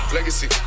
Legacy